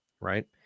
right